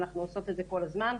אנחנו עושות את זה כל הזמן.